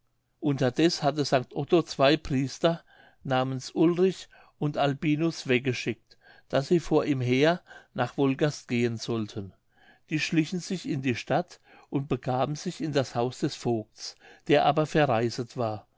unterdeß hatte st otto zwei priester namens ulrich und albinus weggeschicket daß sie vor ihm her nach wolgast gehen sollten die schlichen sich in die stadt und begaben sich in das haus des vogts der aber verreiset war